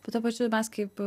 bet tuo pačiu mes kaip